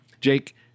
Jake